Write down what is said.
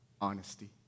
honesty